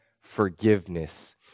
forgiveness